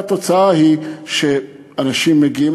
והתוצאה היא שאנשים מגיעים,